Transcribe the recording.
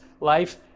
life